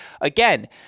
again